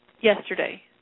yesterday